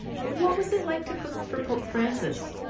but what was it like to cook for pope francis?